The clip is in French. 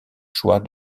choix